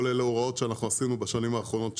כל אלה הוראות שאנחנו עשינו בשנים האחרונות,